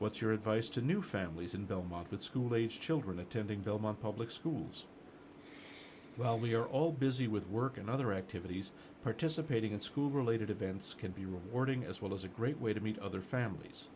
what's your advice to new families in belmont with school age children attending belmont public schools well we are all busy with work and other activities participating in school related events can be rewarding as well as a great way to meet other families